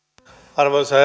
arvoisa